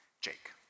Jake